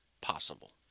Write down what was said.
possible